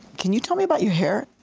can you tell me about your hair?